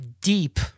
deep